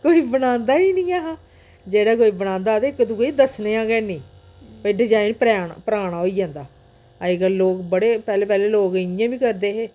कोई बनांदा ई नी ऐ हा जेह्ड़ा कोई बनांदा हा तां इक दुए गी दस्सने गै हैनी भई डजैन पराना होई जंदा अज्जकल लोक बड़े पैह्ले पैह्ले लोक इ'यां बी करदे हे